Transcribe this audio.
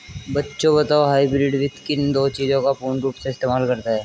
बच्चों बताओ हाइब्रिड वित्त किन दो चीजों का पूर्ण रूप से इस्तेमाल करता है?